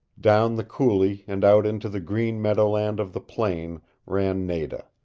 down the coulee and out into the green meadowland of the plain ran nada,